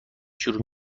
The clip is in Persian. شروع